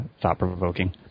thought-provoking